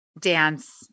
Dance